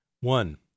One